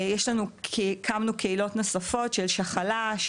הקמנו קהילות נוספות של שחלה,